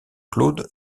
claude